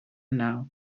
now